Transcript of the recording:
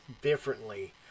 differently